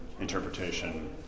interpretation